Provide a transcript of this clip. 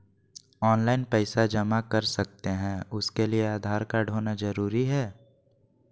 Online पैसा जमा कर सकते हैं उसके लिए आधार कार्ड होना जरूरी है?